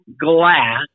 glass